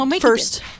first